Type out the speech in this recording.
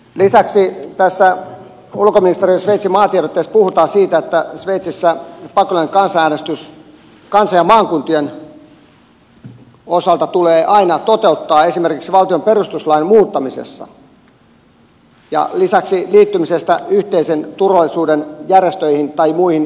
lisäksi tässä ulkoministeriön sveitsin maatiedotteessa puhutaan siitä että sveitsissä pakollinen kansanäänestys kansan ja maakuntien osalta tulee aina toteuttaa esimerkiksi valtion perustuslain muuttamisesta ja lisäksi liittymisestä yhteisen turvallisuuden järjestöihin tai muihin ylikansallisiin yhteisöihin